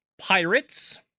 Pirates